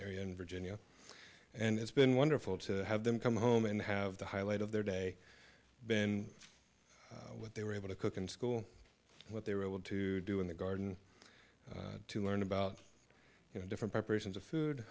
area in virginia and it's been wonderful to have them come home and have the highlight of their day been what they were able to cook in school what they were able to do in the garden to learn about you know different preparations of food